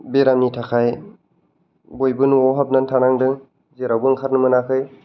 बेरामनि थाखाय बयबो न'आव हाबनानै थानांदों जेरावबो ओंखारनो मोनाखै